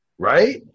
Right